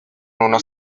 unos